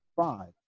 five